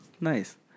nice